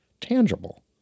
tangible